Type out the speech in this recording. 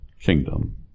kingdom